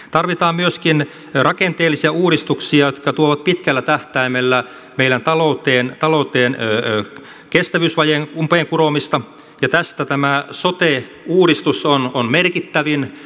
tarvitaan myöskin rakenteellisia uudistuksia jotka tuovat pitkällä tähtäimellä meidän talouteen kestävyysvajeen umpeen kuromista ja näistä tämä sote uudistus on merkittävin